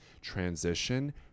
transition